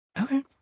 Okay